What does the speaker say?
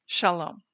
Shalom